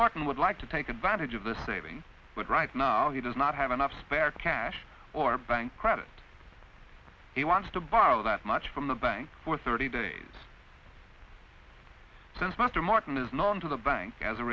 martin would like to take advantage of this saving but right now he does not have enough spare cash or bank credit he wants to borrow that much from the bank for thirty days since master martin is non to the bank as a